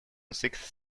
six